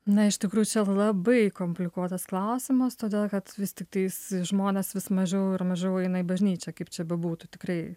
na iš tikrųjų čia labai komplikuotas klausimas todėl kad vis tiktais žmonės vis mažiau ir mažiau eina į bažnyčią kaip čia bebūtų tikrai